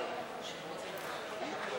במה שאתה אומר?